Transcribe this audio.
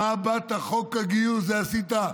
מה באת עם חוק הגיוס ועשית?